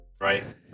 Right